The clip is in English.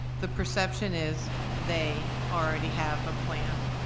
the perception is they already have a plan.